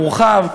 מורחב,